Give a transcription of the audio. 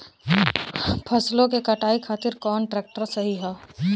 फसलों के कटाई खातिर कौन ट्रैक्टर सही ह?